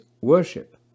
worship